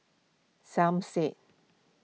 Som Said